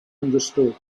understood